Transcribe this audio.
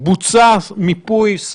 בוצע מיפוי,